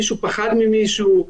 מישהו פחד ממישהו,